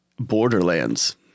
Borderlands